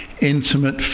intimate